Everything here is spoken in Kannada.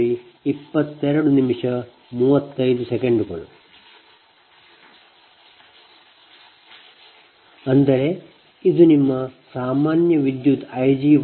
ಅಂದರೆ ನಿಮ್ಮ ಸಾಮಾನ್ಯ ವಿದ್ಯುತ್ Ig14 j14